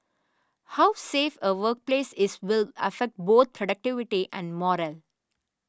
how safe a workplace is will affect both productivity and morale